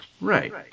Right